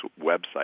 website